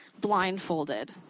blindfolded